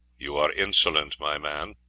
you are insolent, my man.